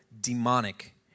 demonic